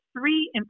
three